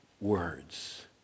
words